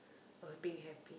was being happy